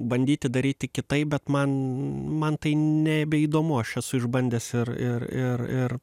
bandyti daryti kitaip bet man man tai nebeįdomu aš esu išbandęs ir ir ir ir